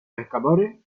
pescadores